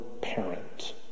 parent